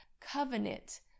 covenant